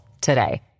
today